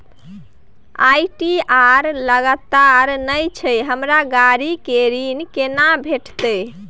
ITR लगातार नय छै हमरा गाड़ी के ऋण केना भेटतै?